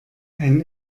ein